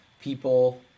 people